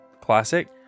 Classic